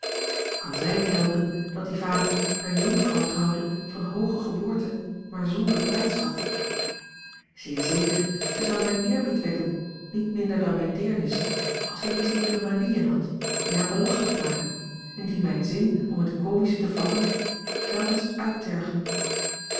kan zij het helpen dat die vader eene jonkvrouw trouwde van hooge geboorte maar zonder bruidsschat zeer zeker zij zou mijn eerbied wekken niet minder dan mijne deernis als zij niet zekere manieën had die haar belachelijk maken en die mijn zin om het komische te vatten telkens uittergen